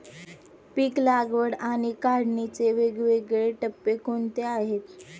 पीक लागवड आणि काढणीचे वेगवेगळे टप्पे कोणते आहेत?